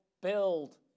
build